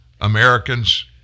Americans